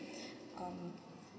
um